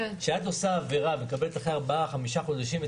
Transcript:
כשאת עושה עבירה ומקבלת את הדוח אחרי ארבעה-חמישה חודשים,